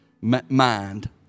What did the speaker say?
mind